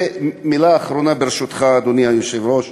ומילה אחרונה, ברשותך, אדוני היושב-ראש.